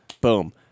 Boom